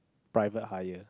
private hire